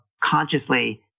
consciously